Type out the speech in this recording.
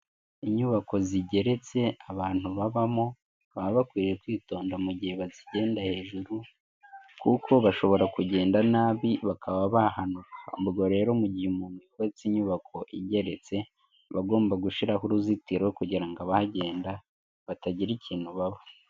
Inyubako zigeretse abantu babamo, baba bakwiriye kwitonda mu gihe bazigenda hejuru kuko bashobora kugenda nabi bakaba bahanuka, ubwo rero mu gihe umuntu yubatse inyubako igeretse, abagomba gushyiraho uruzitiro kugira ngo abahagenda batagira ikintu baba.